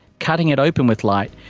cutting it open with light,